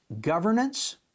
governance